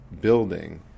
building